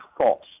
false